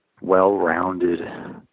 well-rounded